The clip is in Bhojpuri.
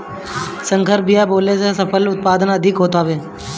संकर बिया बोअला से फसल के उत्पादन अधिका होत हवे